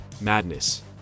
madness